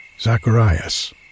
Zacharias